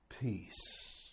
Peace